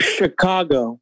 Chicago